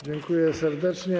Dziękuję serdecznie.